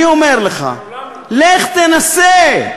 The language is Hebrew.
אני אומר לך, לך תנסה.